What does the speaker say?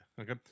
Okay